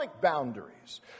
boundaries